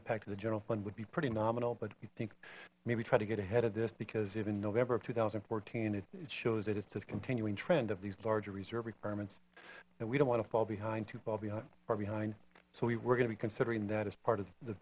impact of the general fund would be pretty nominal but you think maybe try to get ahead of this because if in november of two thousand and fourteen it shows that it's a continuing trend of these larger reserve requirements and we don't want to fall behind to fall behind far behind so we're gonna be considering that as part of the